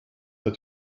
der